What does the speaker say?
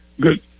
Good